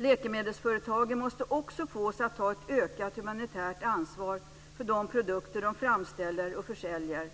Läkemedelsföretagen måste också fås att ta ett ökat humanitärt ansvar för de produkter de framställer och försäljer.